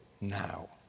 now